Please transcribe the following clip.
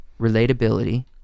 relatability